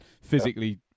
physically